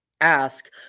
ask